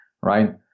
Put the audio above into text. right